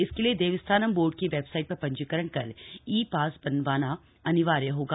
इसके लिए देवस्थानम बोर्ड की वेबसाइट पर पंजीकरण कर ई पास बनवाना अनिवार्य होगा